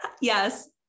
Yes